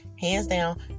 hands-down